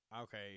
Okay